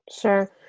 Sure